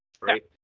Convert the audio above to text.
right